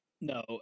No